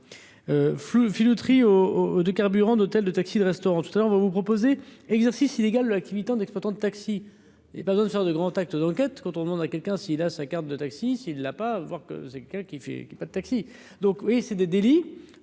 filouteries Eau de carburant d'hôtel de Taxi de restaurant tout à heure, on va vous proposer, exercice illégal de l'activité d'exploitant de taxi et sorte de grand acte d'enquête quand on demande à quelqu'un, s'il a sa carte de taxi s'il ne l'a pas voir que c'est quelqu'un qui fait qu'il ait pas de taxi, donc oui c'est des délits,